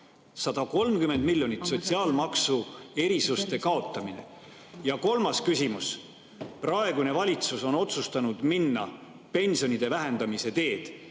130 miljonit sotsiaalmaksu erisuste kaotamine! Ja kolmas küsimus. Praegune valitsus on otsustanud minna pensionide vähendamise teed.